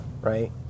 right